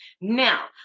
Now